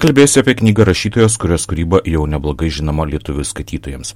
kalbėsiu apie knygą rašytojos kurios kūryba jau neblogai žinoma lietuvių skaitytojams